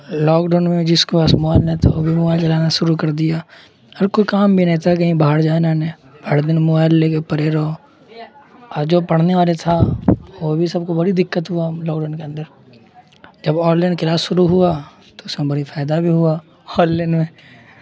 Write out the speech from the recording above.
lock down میں جس کے پاس موبائل نہیں تھا وہ بھی موبائل چلانا شروع کر دیا اور کوئی کام بھی نہیں تھا کہیں باہر جانا نہیں ہر دن موبائل لے کے پڑے رہو اور جو پڑھنے والے تھا وہ بھی سب کو بڑی دقت ہوا لاک ڈاؤن کے اندر جب آن لائن کلاس شروع ہوا تو اس میں بڑی فائدہ بھی ہوا آن لائن میں